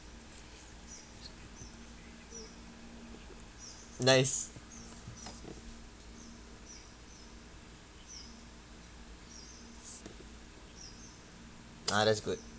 nice ah that's good